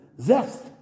zest